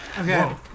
Okay